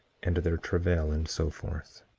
and their travail, and so forth.